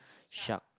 shark